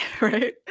Right